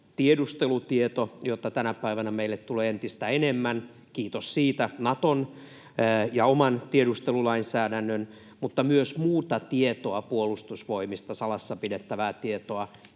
tiedustelutieto, jota tänä päivänä meille tulee entistä enemmän — kiitos Naton ja oman tiedustelulainsäädännön — ja myös muu salassa pidettävä tieto